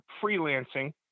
freelancing